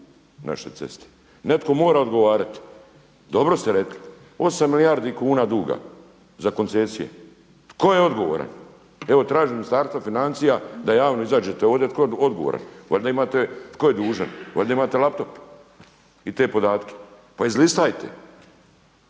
naše ceste. Netko mora odgovarati, dobro ste rekli. 8 milijardi kuna duga za koncesije. Tko je odgovoran? Evo tražim Ministarstvo financija da javno izađete ovdje tko je odgovoran, valjda imate tko je dužan, valjda imate laptop i te podatke, pa izlistajte.